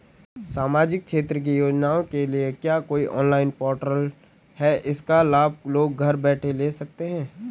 सामाजिक क्षेत्र की योजनाओं के लिए क्या कोई ऑनलाइन पोर्टल है इसका लाभ लोग घर बैठे ले सकते हैं?